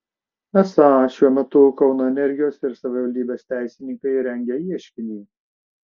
esą šiuo metu kauno energijos ir savivaldybės teisininkai rengia ieškinį